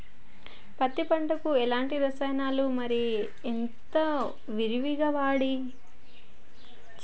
పత్తి పంటకు ఎలాంటి రసాయనాలు మరి ఎంత విరివిగా వాడాలి ఎకరాకి?